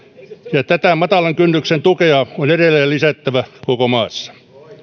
ja tätä matalan kynnyksen tukea on edelleen lisättävä koko maassa